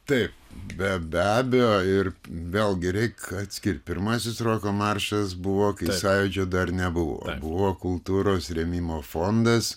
taip be be abejo ir vėlgi reik atskirt pirmasis roko maršas buvo sąjūdžio dar nebuvo buvo kultūros rėmimo fondas